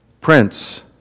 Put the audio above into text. Prince